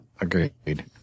Agreed